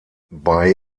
bei